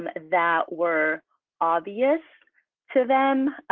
um that were obvious to them.